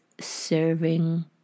serving